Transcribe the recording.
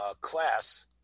class